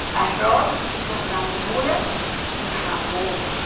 arroz con gandules yeah um um